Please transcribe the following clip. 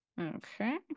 Okay